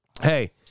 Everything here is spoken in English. Hey